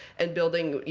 and building,